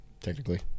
Technically